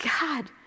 God